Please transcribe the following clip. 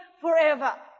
forever